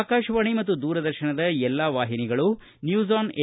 ಆಕಾಶವಾಣಿ ಮತ್ತು ದೂರದರ್ತನದ ಎಲ್ಲಾ ವಾಹಿನಿಗಳು ನ್ಕೂಸ್ ಆನ್ ಎ